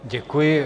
Děkuji.